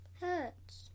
Hurts